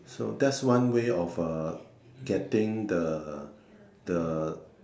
so that's one way of uh getting the the